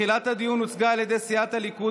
בתחילת הדיון הוצגה על ידי סיעת הליכוד